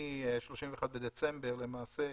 מ-31 בדצמבר, למעשה,